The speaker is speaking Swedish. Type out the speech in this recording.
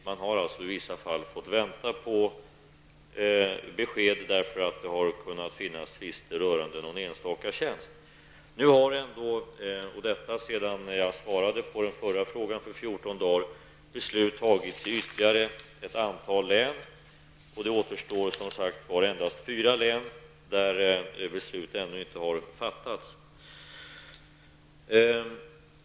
Man har alltså i vissa fall fått vänta på besked därför att det har kunnat vara tvister rörande någon enstaka tjänst. Nu har ändå -- detta sedan jag besvarade den förra frågan för 14 dagar sedan -- beslut fattats i ytterligare ett antal län. Det är som sagt endast fyra län där beslut ännu inte har fattats.